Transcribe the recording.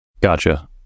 Gotcha